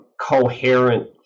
coherent